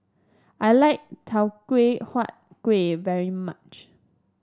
I like Teochew Huat Kueh very much